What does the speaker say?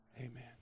Amen